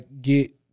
get